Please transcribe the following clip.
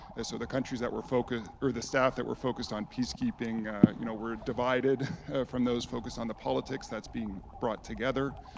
and so the countries that were focused, or the staff that were focused on peacekeeping you know were divided from those focused on the politics. that's being brought together,